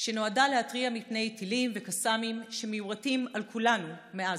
שנועדה להתריע מפני טילים וקסאמים שמיורטים על כולנו מעזה,